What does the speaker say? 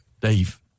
Dave